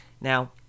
Now